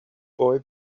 boy